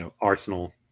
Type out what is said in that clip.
Arsenal